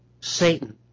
Satan